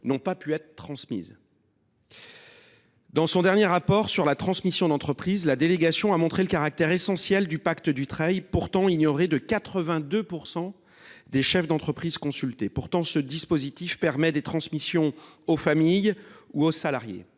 n'ont pas pu être transmises. Dans son dernier rapport sur la transmission d'entreprises, la délégation a montré le caractère essentiel du pacte du travail pourtant ignoré de 82% des chefs d'entreprises consultés. Pourtant, ce dispositif permet des transmissions aux familles ou aux salariés.